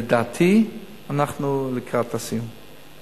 לדעתי, אנחנו לקראת הסיום.